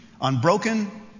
unbroken